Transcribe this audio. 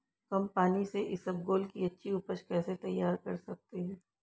कम पानी से इसबगोल की अच्छी ऊपज कैसे तैयार कर सकते हैं?